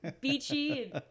beachy